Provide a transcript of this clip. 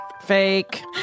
Fake